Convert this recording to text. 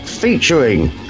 Featuring